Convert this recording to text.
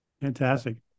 Fantastic